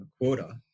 quota